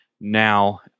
now